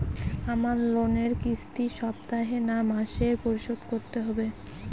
আমার লোনের কিস্তি সপ্তাহে না মাসে পরিশোধ করতে হবে?